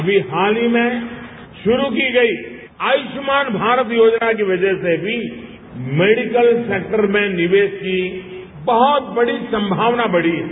अभी हाल ही में शुरू की गई आयुष्मान भारत योजना की वजह से भी मेडिकल सेक्टर में निवेश की बहुत बड़ी संभावना बढ़ी है